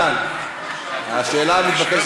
הבדל, כלל וכלל, בין גבר לאישה, לתפיסתה,